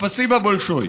ספסיבה בולשוי.